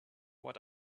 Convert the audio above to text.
what